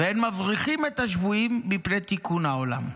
ואין מבריחין את השבויין, מפני תיקון העולם.